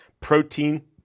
protein